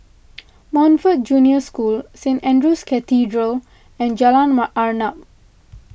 Montfort Junior School Saint andrew's Cathedral and Jalan Arnap